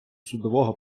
судового